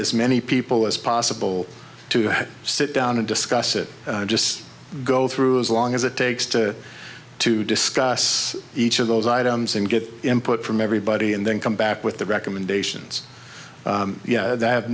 as many people as possible to sit down and discuss it just go through as long as it takes to to discuss each of those items and get input from everybody and then come back with the recommendations